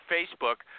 Facebook